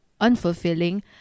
unfulfilling